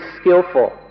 skillful